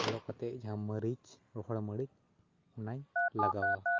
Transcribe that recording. ᱞᱚᱞᱚ ᱠᱟᱛᱮᱫ ᱡᱟᱦᱟᱸ ᱢᱟᱹᱨᱤᱡ ᱨᱚᱦᱚᱲ ᱢᱟᱹᱨᱤᱡ ᱚᱱᱟᱧ ᱞᱟᱜᱟᱣᱟ